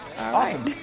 awesome